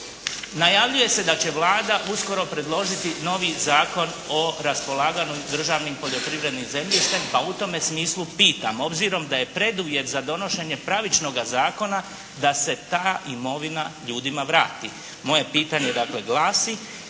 Najavljuje se da će Vlada uskoro predložiti novi Zakon o raspolaganju državnim poljoprivrednim zemljištem, pa u tome smislu pitam s obzirom da je preduvjet za donošenje pravičnoga zakona da se ta imovina ljudima vrati. Moje pitanje dakle